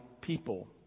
people